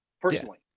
personally